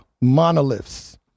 monoliths